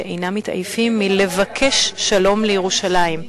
שאינם מתעייפים מלבקש שלום לירושלים.